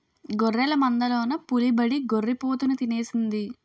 గొర్రెల మందలోన పులిబడి గొర్రి పోతుని తినేసింది